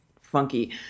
funky